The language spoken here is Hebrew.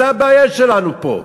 זו הבעיה שלנו פה.